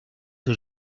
que